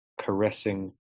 caressing